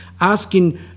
asking